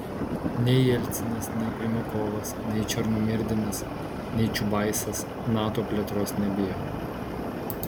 nei jelcinas nei primakovas nei černomyrdinas nei čiubaisas nato plėtros nebijo